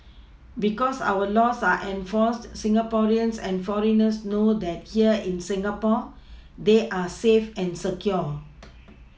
because our laws are enforced Singaporeans and foreigners know that here in Singapore they are safe and secure